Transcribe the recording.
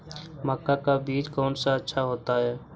मक्का का बीज कौन सा अच्छा होता है?